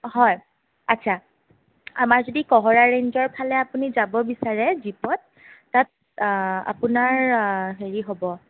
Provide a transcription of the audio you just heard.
হয় আচ্ছা আমাৰ যদি কঁহৰা ৰেঞ্জৰ ফালে আপুনি যাব বিচাৰে জীপত তাত আপোনাৰ হেৰি হ'ব